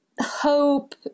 hope